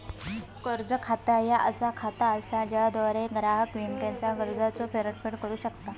कर्ज खाता ह्या असा खाता असा ज्याद्वारा ग्राहक बँकेचा कर्जाचो परतफेड करू शकता